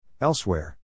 Elsewhere